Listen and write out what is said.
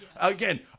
again